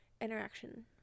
interaction